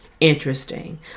interesting